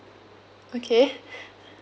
okay